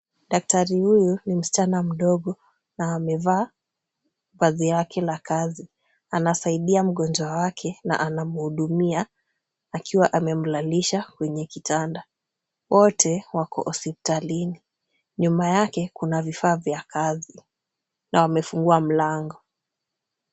Daktari hutu ni msichana mdogo na amevaa vazi lake la kazi. Anasaidia mgonjwa wake na anamhudumia akiwa amemlalisha kwenye kitanda. Wote wako hospitalini. Nyuma yake kuna vifaa vya kazi na wamefungua mlango.